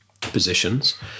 positions